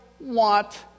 want